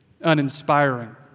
uninspiring